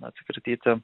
na atsikratyti